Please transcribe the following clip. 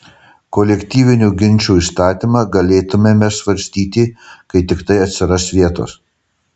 kolektyvinių ginčų įstatymą galėtumėme svarstyti kai tiktai atsiras vietos